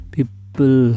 People